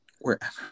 Wherever